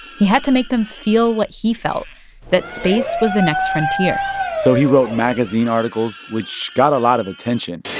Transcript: he had to make them feel what he felt that space was the next frontier so he wrote magazine articles, which got a lot of attention